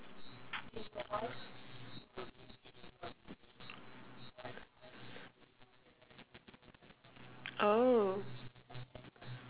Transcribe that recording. oh